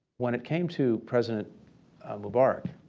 when it came to president mubarak,